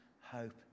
hope